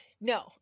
No